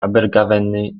abergavenny